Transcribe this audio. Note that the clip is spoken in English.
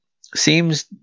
seems